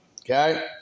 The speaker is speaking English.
Okay